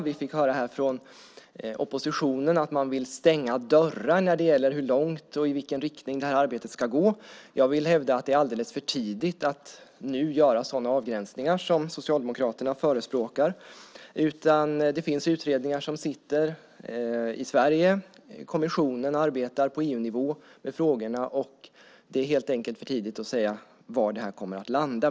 Vi fick höra från oppositionen att man vill stänga dörrar när det gäller hur långt och i vilken riktning detta arbete ska gå. Jag vill hävda att det är alldeles för tidigt att göra sådana avgränsningar som Socialdemokraterna förespråkar. Det finns utredningar som sitter i Sverige, och kommissionen arbetar med frågorna på EU-nivå. Det är helt enkelt för tidigt att säga var detta kommer att landa.